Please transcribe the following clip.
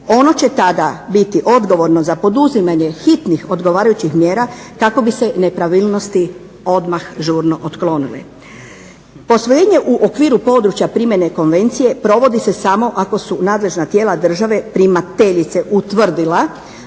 Ono će tada biti odgovorno za poduzimanje hitnih odgovarajućih mjera kako bi se nepravilnosti odmah žurno otklonile. Posvojenje u okviru područja primjene konvencije provodi se samo ako su nadležna tijela države primateljice utvrdila